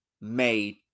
made